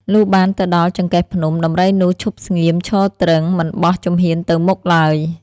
លុះបានទៅដល់ចង្កេះភ្នំ ដំរីនោះឈប់ស្ងៀម ឈរទ្រីង មិនបោះ ជំហានទៅមុខឡើយ ។